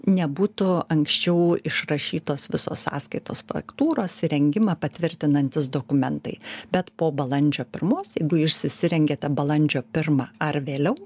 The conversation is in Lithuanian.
nebūtų anksčiau išrašytos visos sąskaitos faktūros įrengimą patvirtinantys dokumentai bet po balandžio pirmos jeigu jūs įsirengėte balandžio pirma ar vėliau